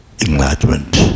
enlightenment